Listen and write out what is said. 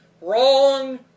WRONG